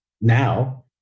now